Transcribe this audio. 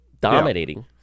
dominating